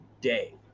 day